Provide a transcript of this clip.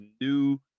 new